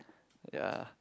ya